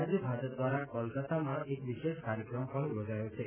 રાજ્ય ભાજપ દ્વારા કોલકતામાં એક વિશેષ કાર્યક્રમ પણ યોજાયો છે